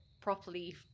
properly